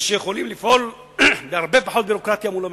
ויכולים לפעול בהרבה פחות ביורוקרטיה מול הממשלה,